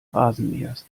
rasenmähers